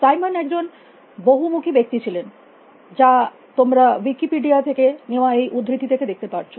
Simon একজন বহুমুখী ব্যক্তি ছিলেন যা তোমরা উইকিপিডিয়া থেকে নেওয়া এই উদ্ধৃতি তে দেখতে পারছ